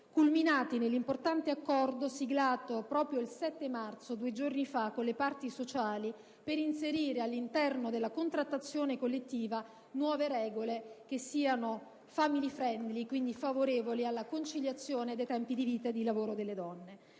culminati nell'importante accordo siglato il 7 marzo con le parti sociali per inserire nella contrattazione collettiva nuove regole *family friendly,* quindi favorevoli alla conciliazione dei tempi di vita e di lavoro delle donne.